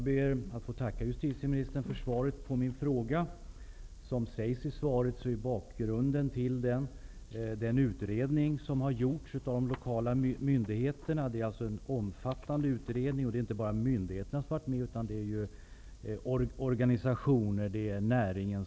Herr talman! Jag tackar justitieministern för svaret på min fråga. Bakgrunden till frågan är den utredning som har gjorts av de lokala myndigheterna. Omfattande utredningar har gjorts där inte bara myndigheter deltagit utan också organisationer och näringen.